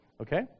okay